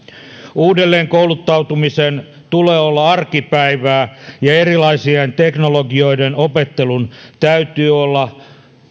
uudelleen kouluttautumisen tulee olla arkipäivää ja erilaisien teknologioiden opettelun täytyy olla